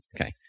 okay